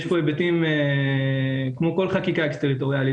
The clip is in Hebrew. יש פה היבטים כמו כל חקיקה אקס-טריטוריאלית,